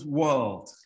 world